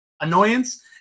annoyance